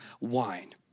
wine